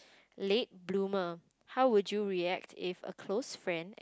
late bloomer how would you react if a close friend ex~